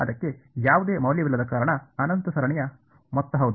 ಅದಕ್ಕೆ ಯಾವುದೇ ಮೌಲ್ಯವಿಲ್ಲದ ಕಾರಣ ಅನಂತ ಸರಣಿಯ ಮೊತ್ತ ಹೌದು